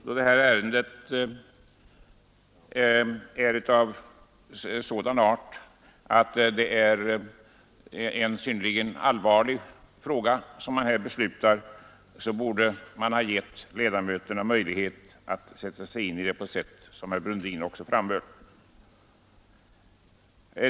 Då detta ärende är av sådan art att det är en synnerligen allvarlig fråga som man här skall besluta om, borde man ha gett ledamöterna möjlighet att noggrant sätta sig in i det, som herr Brundin också framhöll.